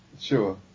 Sure